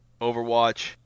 Overwatch